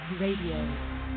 Radio